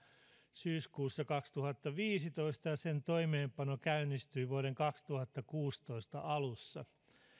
syyskuussa kaksituhattaviisitoista ja sen toimeenpano käynnistyi vuoden kaksituhattakuusitoista alussa